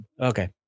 Okay